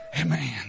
Amen